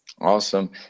Awesome